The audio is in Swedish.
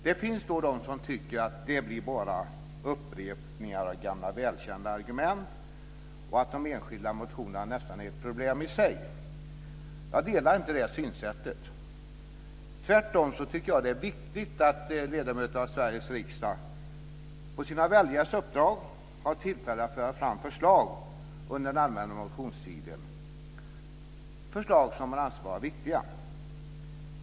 Det finns de som tycker att det bara blir upprepningar av gamla välkända argument, att de enskilda motionerna nästan är ett problem i sig. Jag delar inte det synsättet. Tvärtom tycker jag att det är viktigt att ledamöter av Sveriges riksdag på sina väljares uppdrag har tillfälle att föra fram förslag under den allmänna motionstiden som de anser vara viktiga.